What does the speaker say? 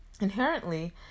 inherently